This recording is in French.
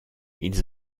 ils